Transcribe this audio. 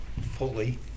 fully